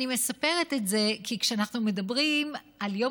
אני מספרת את זה כי כשאנחנו מדברים על יום